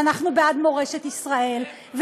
ואנחנו בעד מורשת ישראל,